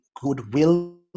goodwill